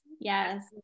yes